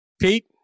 Pete